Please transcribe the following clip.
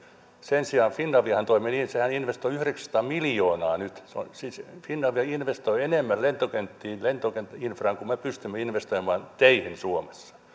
sen sijaan finaviahan toimi niin että sehän investoi yhdeksänsataa miljoonaa nyt siis finavia investoi enemmän lentokenttiin lentokenttäinfraan kuin me pystymme investoimaan teihin suomessa